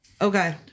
Okay